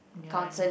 ya I know